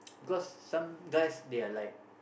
because some guys they are like